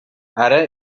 ara